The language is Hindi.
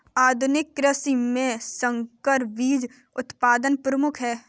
आधुनिक कृषि में संकर बीज उत्पादन प्रमुख है